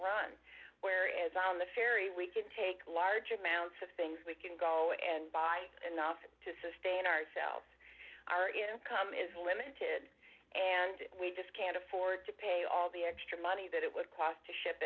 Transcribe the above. overrun where is on the ferry we can take large amounts of things we can go and buy enough to sustain ourselves our income is limited and we just can't afford to pay all the extra money that it would cost to ship